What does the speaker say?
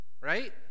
Right